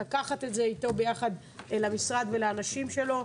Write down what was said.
לקחת את זה איתו ביחד למשרד ולאנשים שלו.